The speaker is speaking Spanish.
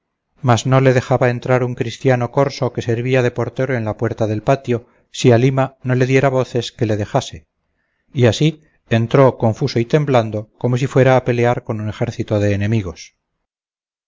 mas no le dejaba entrar un cristiano corso que servía de portero en la puerta del patio si halima no le diera voces que le dejase y así entró confuso y temblando como si fuera a pelear con un ejército de enemigos